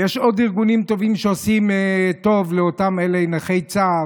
ויש עוד ארגונים טובים שעושים טוב לאותם נכי צה"ל.